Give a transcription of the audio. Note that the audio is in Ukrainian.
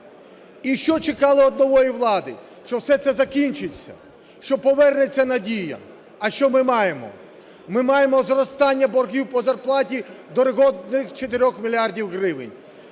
І що чекали від нової влади? Що все це закінчиться, що повернеться надія. А що ми маємо? Ми маємо зростання боргів по зарплаті до рекордних 4 мільярдів